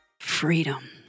freedom